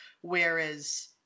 whereas